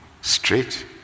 Straight